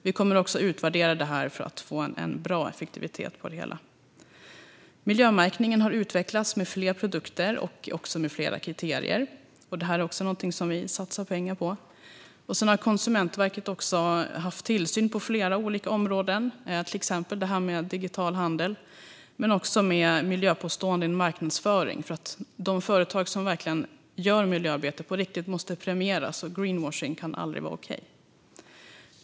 Vi kommer också att utvärdera detta för att få en bra effektivitet på det hela. Miljömärkningen har utvecklats med fler produkter och med fler kriterier. Även detta är någonting som vi satsar pengar på. Konsumentverket har haft tillsyn på flera olika områden. Det gäller till exempel digital handel men också miljöpåståenden i marknadsföring. De företag som verkligen gör miljöarbete på riktigt måste premieras; greenwashing kan aldrig vara okej.